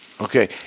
Okay